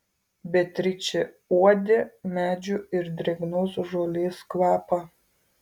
beatričė uodė medžių ir drėgnos žolės kvapą